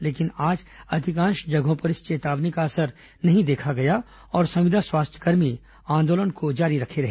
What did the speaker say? लेकिन आज अधिकांश जगहों पर इस चेतावनी का असर नहीं देखा गया और संविदा स्वास्थ्यकर्मी आंदोलन को जारी रखे रहे